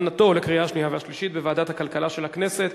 לוועדת הכלכלה נתקבלה.